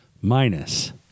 minus